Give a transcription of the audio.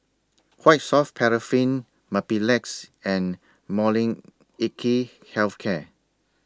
Quite Soft Paraffin Mepilex and Molnylcke Health Care